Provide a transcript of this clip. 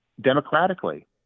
democratically